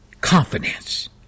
Confidence